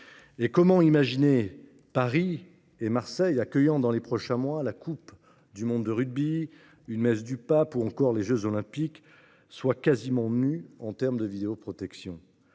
Comment imaginer que Paris et Marseille, qui accueilleront dans les prochains mois la Coupe du monde de rugby, une messe du pape ou encore les jeux Olympiques, soient quasiment nues en matière de vidéoprotection ?